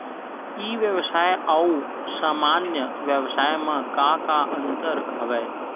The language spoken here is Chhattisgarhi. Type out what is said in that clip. ई व्यवसाय आऊ सामान्य व्यवसाय म का का अंतर हवय?